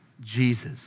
Jesus